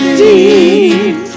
deep